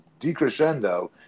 decrescendo